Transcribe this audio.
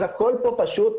אז הכל פה פשוט,